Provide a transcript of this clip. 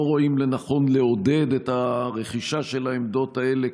רואים לנכון לעודד את הרכישה של העמדות האלה,